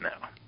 now